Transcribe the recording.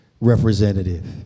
representative